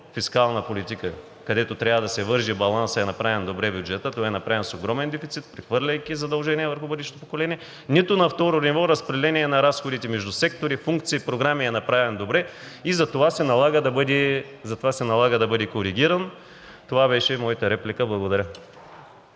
фискална политика, където трябва да се върже балансът, е направен добре бюджетът, той е направен с огромен дефицит, прехвърляйки задължения върху бъдещите поколения; нито на второ ниво – разпределение на разходите между сектори, функции и програми, е направен добре и затова се налага да бъде коригиран. Това беше моята реплика. Благодаря.